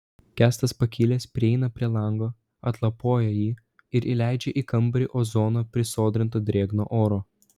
kęstas pakilęs prieina prie lango atlapoja jį ir įleidžia į kambarį ozono prisodrinto drėgno oro